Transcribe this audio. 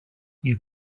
you